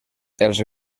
els